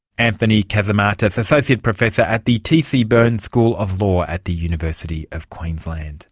anthony cassimatis, associate professor at the tc beirne school of law at the university of queensland